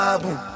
boom